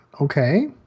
Okay